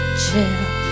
chill